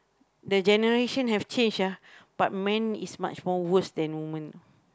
the generation have changed lah but mine is much more worse than woman